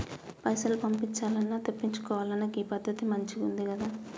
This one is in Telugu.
పైసలు పంపించాల్నన్నా, తెప్పిచ్చుకోవాలన్నా గీ పద్దతి మంచిగుందికదా